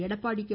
Edappadi K